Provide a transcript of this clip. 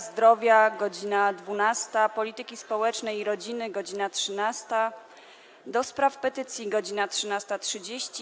Zdrowia - godz. 12, - Polityki Społecznej i Rodziny - godz. 13, - do Spraw Petycji - godz. 13.30,